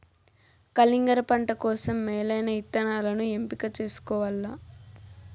కలింగర పంట కోసం మేలైన ఇత్తనాలను ఎంపిక చేసుకోవల్ల